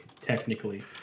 technically